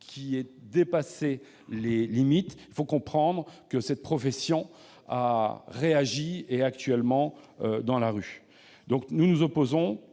qui dépassait les limites, on peut comprendre que cette profession a réagi et est actuellement dans la rue. Nous nous opposons